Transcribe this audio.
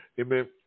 Amen